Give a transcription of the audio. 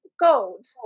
gold